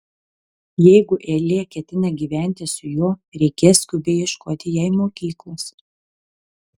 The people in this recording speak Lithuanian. jeigu eilė ketina gyventi su juo reikės skubiai ieškoti jai mokyklos